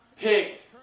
pick